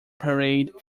parade